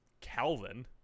Calvin